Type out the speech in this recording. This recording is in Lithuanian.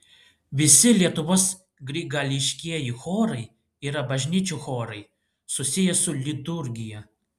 visi lietuvos grigališkieji chorai yra bažnyčių chorai susiję su liturgija